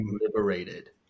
liberated